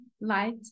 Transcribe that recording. light